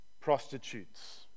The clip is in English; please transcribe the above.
prostitutes